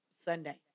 Sunday